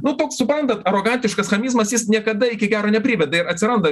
nu toks suprantat arogantiškas chamizmas jis niekada iki gero nepriveda atsiranda